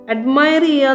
Admire